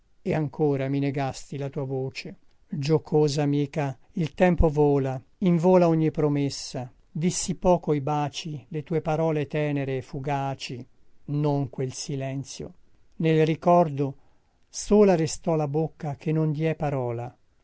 e ancora mi negasti la tua voce giocosa amica il tempo vola invola ogni promessa dissipò coi baci le tue parole tenere fugaci non quel silenzio nel ricordo sola restò la bocca che non diè parola